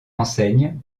enseigne